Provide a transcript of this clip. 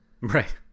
Right